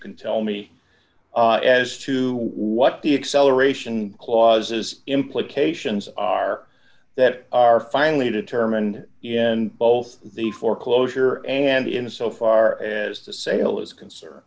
can tell me as to what the acceleration clauses implications are that are finally determined in both the foreclosure and in so far as the sale is concerned